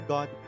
God